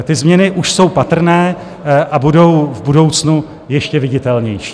Ty změny už jsou patrné a budou v budoucnu ještě viditelnější.